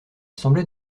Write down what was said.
semblait